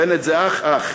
בנט זה אח, אח.